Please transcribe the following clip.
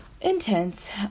intense